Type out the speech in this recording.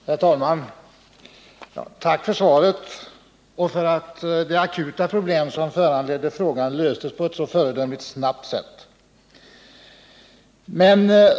Herr talman! Tack för svaret och för att det akuta problem som föranledde frågan löstes på ett så föredömligt snabbt sätt!